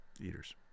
eaters